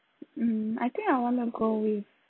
mm I think I'll wanna go with